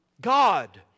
God